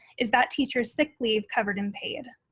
is that teacher's sick leave covered and paid?